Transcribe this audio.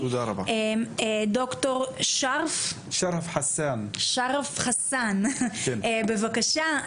ד"ר שרף חסאן, בבקשה.